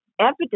evidence